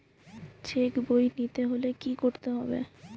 Check বই নিতে হলে কি করতে হবে?